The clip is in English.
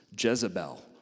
Jezebel